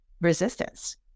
resistance